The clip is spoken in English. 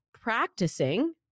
practicing